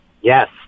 Yes